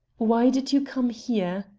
why did you come here?